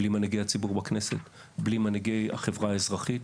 בלי מנהיגי הציבור בכנסת ובחברה האזרחית,